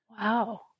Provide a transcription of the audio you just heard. Wow